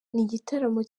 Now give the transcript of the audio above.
igitaramo